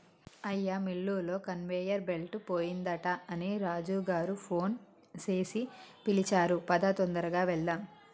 అయ్యా మిల్లులో conveyor belt పోయిందట అని రాజు గారు ఫోన్ సేసి పిలిచారు పదా తొందరగా వెళ్దాము